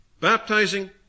baptizing